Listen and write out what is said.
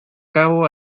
cabo